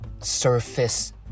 surface